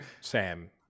Sam